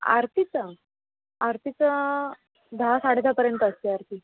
आरतीचं आरतीचं दहा साडेदहापर्यंत असते आरती